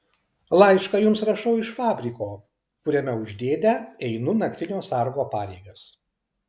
laišką jums rašau iš fabriko kuriame už dėdę einu naktinio sargo pareigas